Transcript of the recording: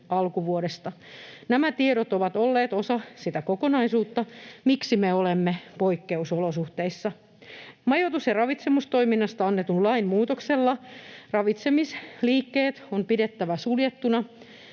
alkuvuodesta. Nämä tiedot ovat olleet osa sitä kokonaisuutta, miksi me olemme poikkeusolosuhteissa. Majoitus- ja ravitsemustoiminnasta annetun lain muutoksella ravitsemisliikkeet on pidettävä suljettuina